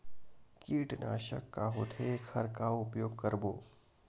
कीटनाशक का होथे एखर का उपयोग करबो?